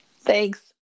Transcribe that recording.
Thanks